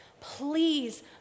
please